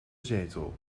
zetel